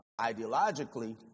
ideologically